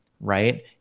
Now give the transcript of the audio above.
right